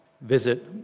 visit